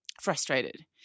frustrated